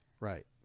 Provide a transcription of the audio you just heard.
Right